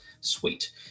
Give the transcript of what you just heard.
Sweet